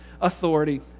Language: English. authority